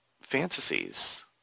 fantasies